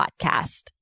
podcast